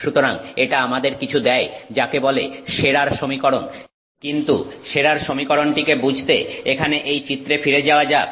সুতরাং এটা আমাদের কিছু দেয় যাকে বলে শেরার সমীকরণ কিন্তু শেরার সমীকরণটিকে বুঝতে এখানে এই চিত্রে ফিরে যাওয়া যাক